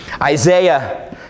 Isaiah